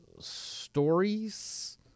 Stories